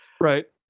right